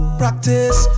practice